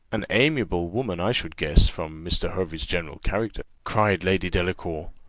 an amiable woman, i should guess, from mr. hervey's general character, cried lady delacour.